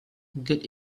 good